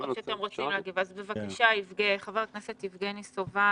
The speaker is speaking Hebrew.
אז בבקשה, חבר הכנסת יבגני סובה.